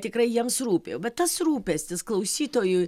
tikrai jiems rūpi bet tas rūpestis klausytojui